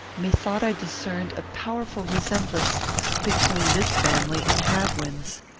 methought i discerned a powerful resemblance between this family and hadwin's.